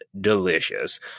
delicious